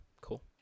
cool